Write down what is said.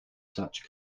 such